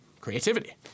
creativity